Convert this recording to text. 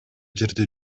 жерде